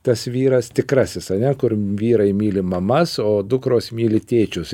tas vyras tikrasis ane kur vyrai myli mamas o dukros myli tėčius